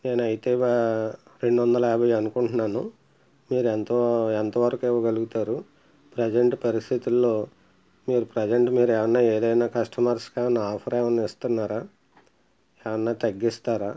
నేనైతే వా రెండువందల యాభై అనుకుంట్నాను మీరెంతో ఎంతవరకు ఇవ్వగలుగుతారు ప్రజంట్ పరిస్థితుల్లో మీరు ప్రజంట్ మీరు ఎమన్నా ఎదైనా కస్టమర్స్కి ఏమన్నా ఆఫర్ ఏమన్నా ఇస్తన్నారా ఏమన్నా తగ్గిస్తారా